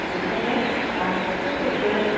ओंखायनो आलासिफोर फैगोन